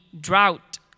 drought